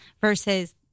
versus